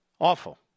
Awful